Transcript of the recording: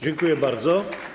Dziękuję bardzo.